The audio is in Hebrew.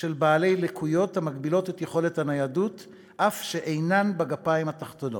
של בעלי לקויות המגבילות את יכולת הניידות אף שאינן בגפיים התחתונות.